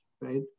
right